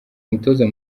umutoza